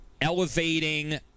elevating